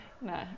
no